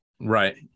Right